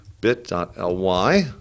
Bit.ly